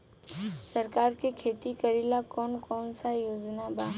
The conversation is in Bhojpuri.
सरकार के खेती करेला कौन कौनसा योजना बा?